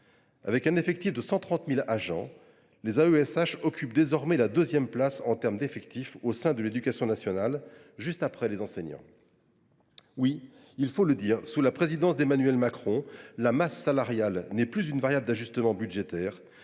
Avec 132 000 agents, les AESH occupent désormais la deuxième place en effectifs au sein de l’éducation nationale, juste après les enseignants. Oui, il faut le dire, sous la présidence d’Emmanuel Macron, la masse salariale n’est plus une variable d’ajustement budgétaire